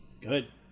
Good